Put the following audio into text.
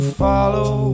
follow